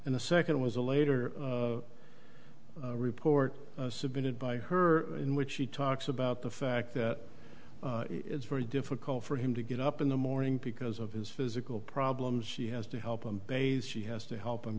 and the second was a later report submitted by her in which she talks about the fact that it's very difficult for him to get up in the morning because of his physical problems she has to help him days she has to help him